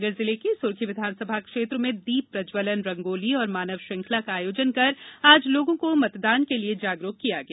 सागर जिले की सुरखी विधानसभा क्षेत्र में दीप प्रज्जवलन रंगोली और मानव श्रृंखला का आयोजन कर आज लोगों को मतदान के लिए जागरूक किया गया